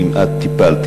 האם את טיפלת,